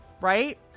right